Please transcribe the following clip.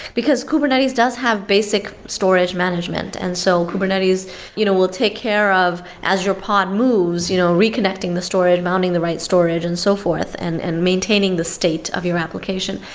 because kubernetes does have basic storage management. and so kubernetes you know will take care of, as your pod moves, you know reconnecting the storage, mounting the right storage and so forth and and maintaining the state of your application.